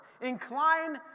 Incline